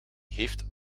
heeft